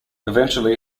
eventually